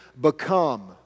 become